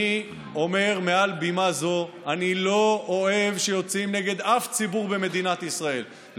אני אומר מעל בימה זו: אני לא אוהב שיוצאים נגד אף ציבור במדינת ישראל,